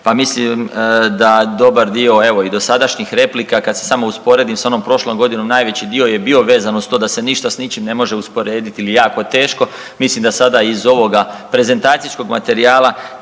pa mislim da dobar dio, evo i dosadašnjih replika kad se samo usporedi sa ovom prošlom godinom, najveći dio je bio vezan uz to da se ništa s ničim ne može usporediti ili jako je teško, mislim da sada iz ovoga prezentacijskog materijala